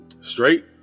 Straight